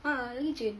ah lagi cun